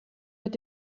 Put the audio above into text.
mit